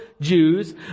Jews